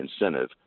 incentive